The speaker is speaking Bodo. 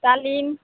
दालिम